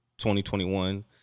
2021